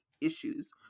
issues